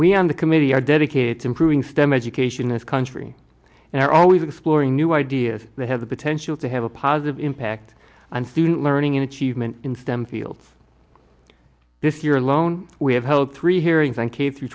we on the committee are dedicated to improving stem education this country and are always exploring new ideas that have the potential to have a positive impact on student learning and achievement in stem fields this year alone we have held three hearings on k through